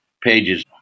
pages